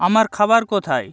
আমার খাবার কোথায়